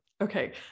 Okay